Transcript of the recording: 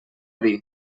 dir